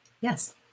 Yes